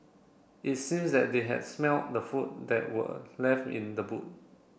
it seems that they had smelt the food that were left in the boot